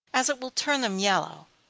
as it will turn them yellow.